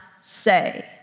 say